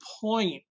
point